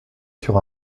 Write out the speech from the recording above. sur